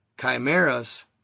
Chimeras